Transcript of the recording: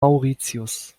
mauritius